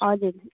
हजुर